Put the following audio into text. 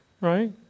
right